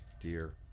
dear